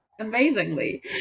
amazingly